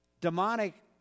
demonic